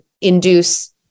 induce